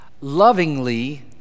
lovingly